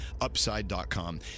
Upside.com